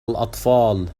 الأطفال